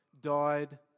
died